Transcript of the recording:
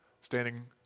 Standing